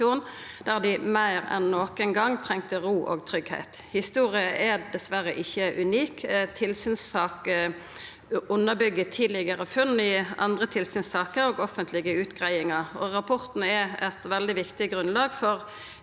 der dei meir enn nokon gong trong ro og tryggleik. Historia er diverre ikkje unik og underbyggjer tidlegare funn i andre tilsynssaker og offentlege utgreiingar. Rapporten er eit veldig viktig grunnlag for